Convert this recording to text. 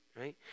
Right